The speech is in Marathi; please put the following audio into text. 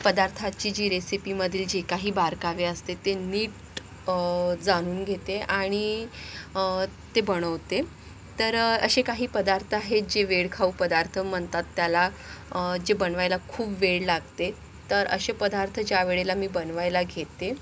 पदार्थाची जी रेसिपीमधील जे काही बारकावे असते ते नीट जाणून घेते आणि ते बनवते तर असे काही पदार्थ आहेत जे वेळखाऊ पदार्थ म्हणतात त्याला जे बनवायला खूप वेळ लागते तर असे पदार्थ ज्या वेळेला मी बनवायला घेते